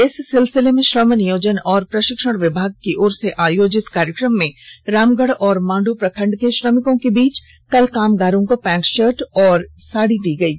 इस सिलसिले में श्रम नियोजन एवं प्रशिक्षण विभाग की ओर से आयोजित कार्यक्रम में रामगढ़ और मांडू प्रखंड के श्रमिकों के बीच कल कामगारों को पैंट शर्ट एवं साड़ी दी गयी